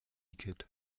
kit